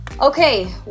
Okay